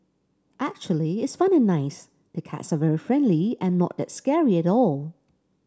actually it's fun and nice the cats are very friendly and not that scary at all